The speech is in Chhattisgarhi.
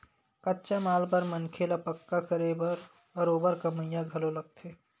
कच्चा माल बर मनखे ल पक्का करे बर बरोबर कमइया घलो लगथे